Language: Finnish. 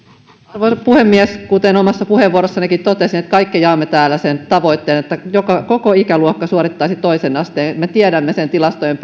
arvoisa puhemies kuten omassa puheenvuorossanikin totesin kaikki jaamme täällä sen tavoitteen että koko ikäluokka suorittaisi toisen asteen me tiedämme sen tilastojen